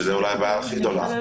וזו אולי הבעיה הכי גדולה,